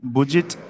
Budget